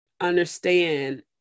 understand